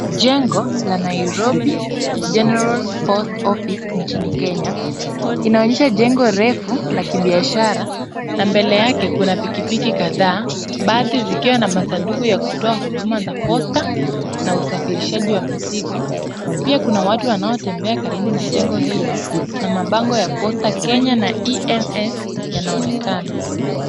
Jengo la Nairobi General Post Office nchini Kenya inaonyesha jengo refu la kibiashara na mbele yake kuna pikipiki kadhaa, baadhi zikiwa na masanduku ya kutoa huduma za posta na usafirishaji wa mizigo. Pia, kuna watu wanaotembea karibu na jengo hilo na mabango ya Posta Kenya na EMS yanaonekana.